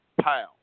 pow